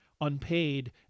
unpaid